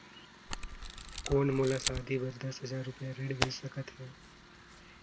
कौन मोला शादी बर दस हजार रुपिया ऋण मिल सकत है?